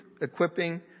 Equipping